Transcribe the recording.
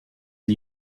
and